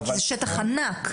זה שטח ענק.